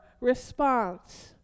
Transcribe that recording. response